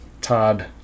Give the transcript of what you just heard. todd